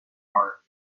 are